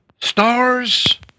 stars